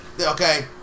Okay